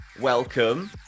welcome